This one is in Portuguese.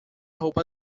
roupa